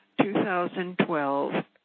2012